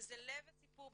וזה לב הסיפור,